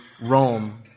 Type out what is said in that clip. Rome